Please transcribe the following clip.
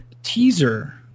teaser